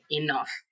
enough